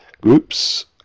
groups